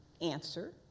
answer